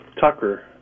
Tucker